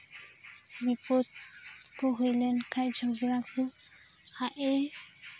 ᱵᱤᱯᱚᱫᱽ ᱠᱚ ᱦᱩᱭ ᱞᱮᱱ ᱠᱷᱟᱡ ᱡᱷᱚᱜᱽᱲᱟ ᱠᱚ ᱟᱡ ᱮᱭ